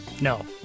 No